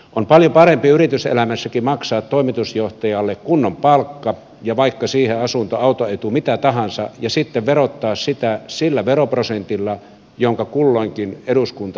on paljon parempi yrityselämässäkin maksaa toimitusjohtajalle kunnon palkka ja vaikka siihen asunto autoetu mitä tahansa ja sitten verottaa sitä sillä veroprosentilla jonka kulloinkin eduskunta säätää